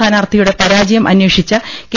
സ്ഥാനാർത്ഥി യുടെ പരാജയം അന്വേഷിച്ച കെ